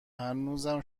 هنوزم